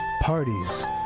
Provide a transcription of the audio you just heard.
parties